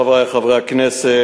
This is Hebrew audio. חברי חברי הכנסת,